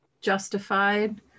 justified